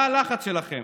מה הלחץ שלכם?